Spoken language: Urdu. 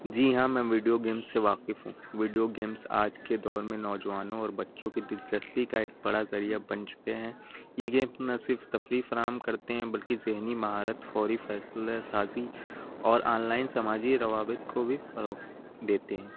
جی ہاں میں ویڈیو گیمس سے واقف ہوں ویڈیو گیمس آج کے دور میں نوجوانوں اور بچوں کی دلچسپی کا ایک بڑا ذریعہ بن چکے ہیں یہ گیمس نہ صرف تفریح فراہم کرتے ہیں بلکہ ذہنی مہارت فوری فیصلہ سازی اور آن لائن سماجی روابط کو بھی فروغ دیتے ہیں